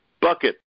bucket